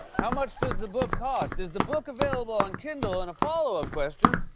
how much does the book cost? is the book available on kindle? and a follow-up question